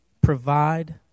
provide